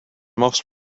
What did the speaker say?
most